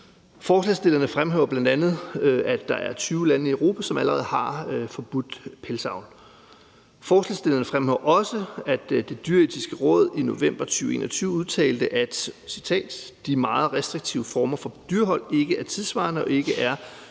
Forslagsstillerne fremhæver bl.a., at der er 20 lande i Europa, som allerede har forbudt pelsdyravl. Forslagsstillerne fremhæver også, at Det Dyreetiske Råd i november 2021 udtalte, at »de meget restriktive former for dyrehold ikke er tidssvarende og ikke er